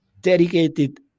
dedicated